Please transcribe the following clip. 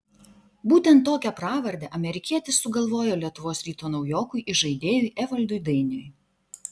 būtent tokią pravardę amerikietis sugalvojo lietuvos ryto naujokui įžaidėjui evaldui dainiui